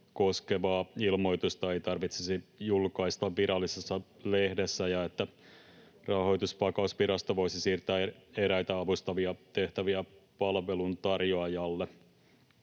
koskevaa ilmoitusta ei tarvitsisi julkaista Virallisessa lehdessä ja että Rahoitusvakausvirasto voisi siirtää eräitä avustavia tehtäviä palveluntarjoajalle.